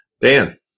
Dan